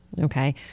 Okay